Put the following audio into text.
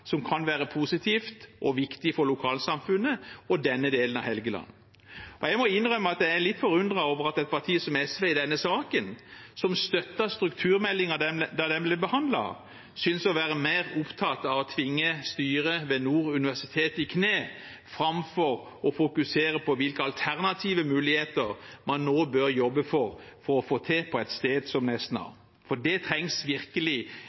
som kan være positivt og viktig for lokalsamfunnet og denne delen av Helgeland. Jeg må innrømme at jeg er litt forundret over at et parti som SV, som støttet strukturmeldingen da den ble behandlet, i denne saken synes å være mer opptatt av å tvinge styret ved Nord universitet i kne framfor å fokusere på hvilke alternative muligheter man nå bør jobbe for å få til på et sted som Nesna, for det trengs virkelig